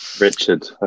Richard